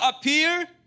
appear